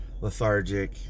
lethargic